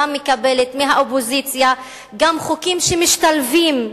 מקבלת מהאופוזיציה גם חוקים שמשתלבים,